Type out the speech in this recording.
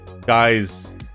guys